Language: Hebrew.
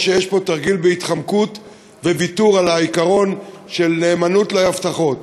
או שיש פה תרגיל בהתחמקות וויתור על העיקרון של נאמנות להבטחות.